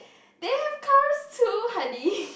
they have cost two honey